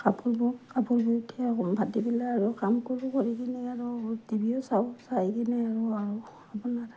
কাপোৰ বোওঁ কাপোৰ বুই উঠি আকৌ ভাতিবেলা আৰু কাম কৰোঁ কৰি পিনে আৰু টিভিও চাওঁ চাই পিনে আৰু